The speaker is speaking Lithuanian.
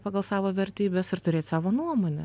pagal savo vertybes ir turėt savo nuomonę